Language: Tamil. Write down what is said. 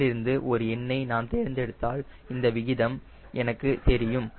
இதிலிருந்து ஒரு எண்ணை நான் தேர்ந்தெடுத்தால் இந்த விகிதம் எனக்கு தெரியும்